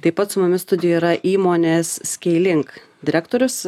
taip pat su mumis studijoj yra įmonės skaylink direktorius